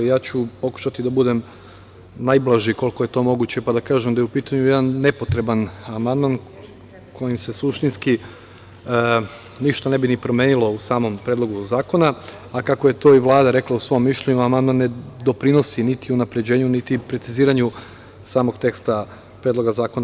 Ja ću pokušati da budem najblaži, koliko je to moguće, pa da kažem da je u pitanju jedan nepotreban amandman kojim se suštinski ništa ne bi promenilo u samom Predlogu zakona, a kako je to i Vlada rekla u svom Mišljenju, amandman ne doprinosi niti unapređenju, niti preciziranju samog teksta Predloga zakona.